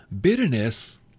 Bitterness